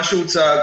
מה שהוצג,